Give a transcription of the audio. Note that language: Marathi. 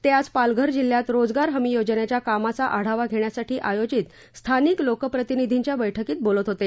ते आज पालघर जिल्ह्यात रोजगार हमी योजनेच्या कामाचा आढावा घेण्यासाठी आयोजित स्थानिक लोकप्रतिनिधींचीच्या बैठकीत बोलत होते